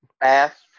Bath